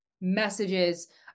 messages